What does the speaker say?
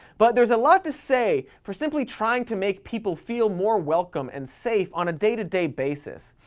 but there's a lot to say for simply trying to make people feel more welcome and safe on a day to day basis,